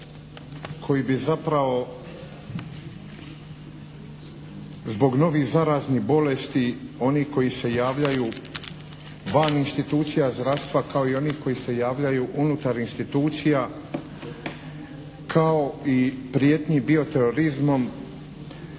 koji bi zapravo zbog novih zaraznih bolesti onih koji se javljaju van institucija …/Govornik se ne razumije./… i onih koji se javljaju unutar institucija, kao i prijetnji bioterorizmom